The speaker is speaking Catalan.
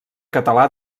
català